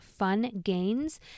FUNGAINS